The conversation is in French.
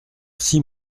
six